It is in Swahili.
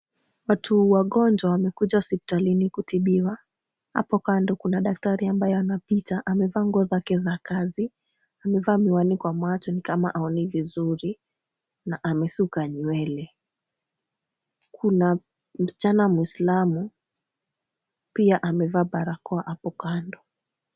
Watu wagonjwa wamekuja hospitalini kutibiwa, hapo kando kuna daktari ambaye anapita, amevaa nguo zake za kazi, amevaa miwani kwa macho ni kama haoni vizuri na amesuka nywele. Kuna msichana muislamu pia amevaa barakoa hapo kando.